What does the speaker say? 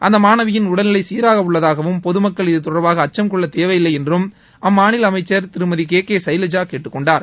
அந்த மாணவியின் உடல்நிலை சீராக உள்ளதாகவும் பொதுமக்கள் இதுதொடர்பாக அச்சம்கொள்ள தேவையில்லை என்றும் அம்மாநில அமைச்சர் திருமதி கே கே சைலஜா கேட்டுக்கொண்டார்